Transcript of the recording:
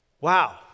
Wow